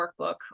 workbook